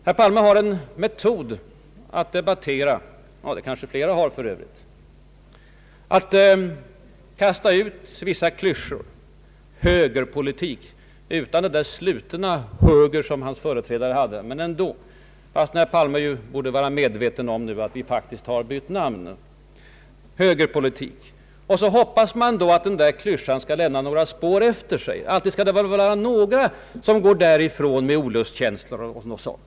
Herr Palme har en metod att debattera — det kanske flera har för övrigt — att kasta ut klyschor, ”extrem högerpolitik”, låt vara utan det där slutna ”hööger” som hans företrädare hade. Herr Palme borde vara medveten om att vi faktiskt har bytt namn. Men han hoppas tydligen att den där klyschan ”högerpolitik” skall lämna spår efter sig, att det skall vara några som får olustkänslor.